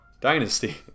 dynasty